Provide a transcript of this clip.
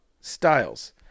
styles